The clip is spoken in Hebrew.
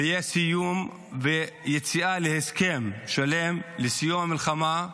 ושיהיה סיום, ויציאה להסכם שלם לסיום המלחמה,